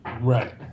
right